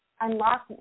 unlock